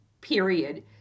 period